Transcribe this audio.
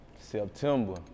September